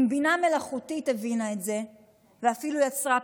אם בינה מלאכותית הבינה את זה ואפילו יצרה פתרונות,